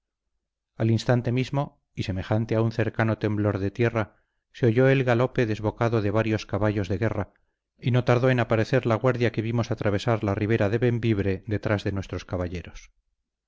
al instante mismo y semejante a un cercano temblor de tierra se oyó el galope desbocado de varios caballos de guerra y no tardó en aparecer la guardia que vimos atravesar la ribera de bembibre detrás de nuestros caballeros